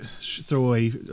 throwaway